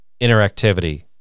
interactivity